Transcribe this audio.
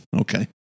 okay